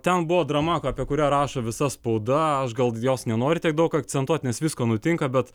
ten buvo drama apie kurią rašo visa spauda aš gal jos nenoriu tiek daug akcentuot nes visko nutinka bet